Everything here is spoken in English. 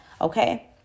okay